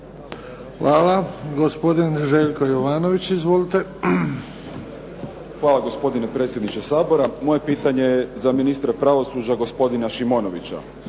Izvolite. **Jovanović, Željko (SDP)** Hvala gospodine predsjedniče Sabora. Moje pitanje je za ministra pravosuđa, gospodina Šimonovića.